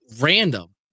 random